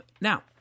Now